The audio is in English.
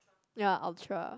ya Ultra